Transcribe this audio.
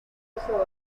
hizo